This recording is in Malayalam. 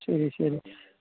ശരി ശരി